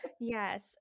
Yes